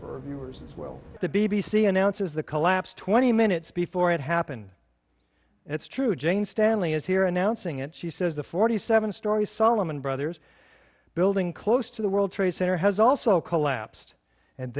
for viewers as well the b b c announces the collapse twenty minutes before it happened it's true jane stanley is here announcing it she says the forty seven story solomon brothers building close to the world trade center has also collapsed and